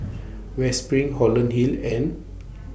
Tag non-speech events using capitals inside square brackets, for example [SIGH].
[NOISE] West SPRING Holland Hill and [NOISE]